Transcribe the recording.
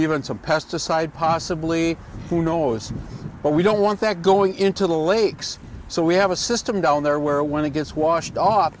even some pesticide possibly who knows but we don't want that going into the lakes so we have a system down there where when it gets washed off